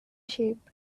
shape